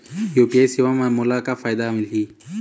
UPI सेवा म मोला का फायदा मिलही?